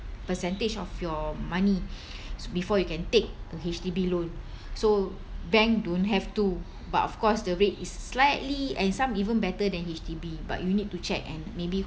percentage of your money before you can take a H_D_B loan so bank don't have to but of course the rate is slightly and some even better than H_D_B but you need to check and maybe